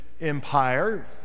Empire